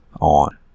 on